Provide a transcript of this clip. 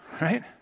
right